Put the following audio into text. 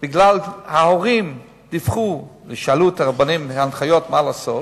מכיוון שההורים דיווחו ושאלו את הרבנים מה לעשות,